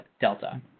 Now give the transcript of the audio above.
Delta